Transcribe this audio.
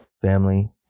family